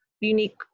unique